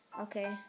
Okay